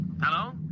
Hello